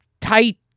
tight